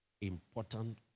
important